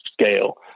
scale